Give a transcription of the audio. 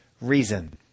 reason